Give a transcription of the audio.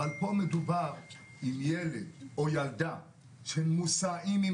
אבל פה מדובר בילד או בילדה שמוסעים עם